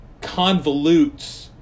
convolutes